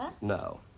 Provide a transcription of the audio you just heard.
No